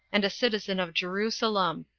and a citizen of jerusalem.